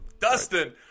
dustin